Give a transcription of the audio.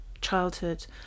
childhood